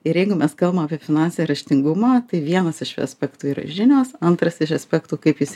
ir jeigu mes kalbam apie finansį raštingumą tai vienas iš aspektų yra žinios antras iš aspektų kaip jūs